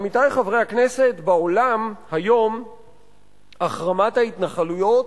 עמיתי חברי הכנסת, בעולם היום החרמת ההתנחלויות